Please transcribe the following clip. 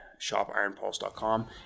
shopironpulse.com